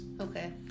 Okay